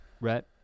Rhett